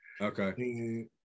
Okay